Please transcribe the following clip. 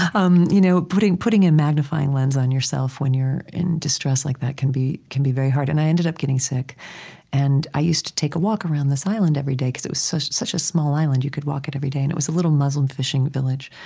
um you know putting putting a magnifying lens on yourself when you're in distress like that can be can be very hard. and i ended up getting sick and i used to take a walk around this island every day, because it was such such a small island, you could walk it every day. and it was a little muslim fishing village.